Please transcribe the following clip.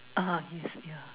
uh yes yeah